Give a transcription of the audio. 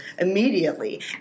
immediately